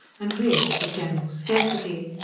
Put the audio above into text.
and created a general scarcity.